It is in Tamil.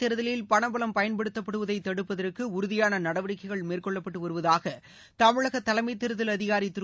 தேர்தலில் பணபலம் பயன்படுத்தப்படுவதை தடுப்பதற்கு உறுதியான சுட்டப்பேரவை நடவடிக்கைகள் மேற்கொள்ளப்பட்டு வருவதாக தமிழக தலைமைத் தேர்தல் அதிகாரி திரு